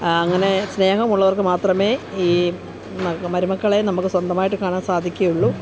അങ്ങനെ സ്നേഹമുള്ളവർക്ക് മാത്രമേ ഈ മരുമക്കളെ നമുക്ക് സ്വന്തമായിട്ട് കാണാൻ സാധിക്കുകയുള്ളൂ